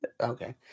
Okay